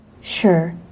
Sure